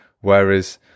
Whereas